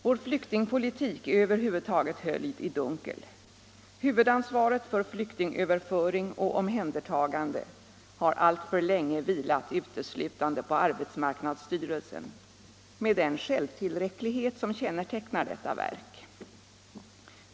Vår flyktingpolitik är över huvud taget höljd i dunkel. Huvudansvaret för flyktingöverföring och omhändertagande har alltför länge vilat uteslutande på arbetsmarknadsstyrelsen, med den självtillräcklighet som kännetecknar detta verk.